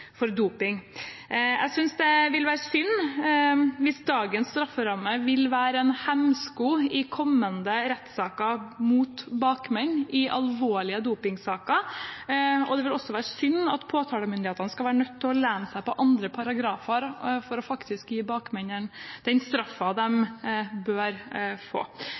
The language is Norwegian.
doping. Jeg synes det er synd hvis dagens strafferamme vil være en hemsko i kommende rettssaker mot bakmenn i alvorlige dopingsaker, og det er også synd at påtalemyndighetene skal være nødt til å lene seg på andre paragrafer for faktisk å gi bakmennene den straffen de bør få.